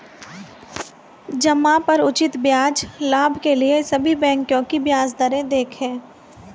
जमा पर उचित ब्याज लाभ के लिए सभी बैंकों की ब्याज दरें देखें